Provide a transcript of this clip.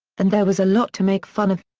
and there was a lot to make fun of.